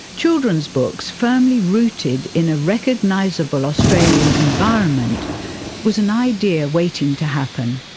children's books firmly rooted in a recognisable australian environment was an idea waiting to happen,